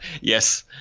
Yes